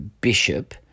bishop